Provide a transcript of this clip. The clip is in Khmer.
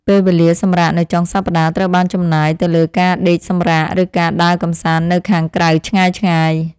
ពេលវេលាសម្រាកនៅចុងសប្តាហ៍ត្រូវបានចំណាយទៅលើការដេកសម្រាក ឬការដើរកម្សាន្តនៅខាងក្រៅឆ្ងាយៗ។